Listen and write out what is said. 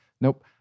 nope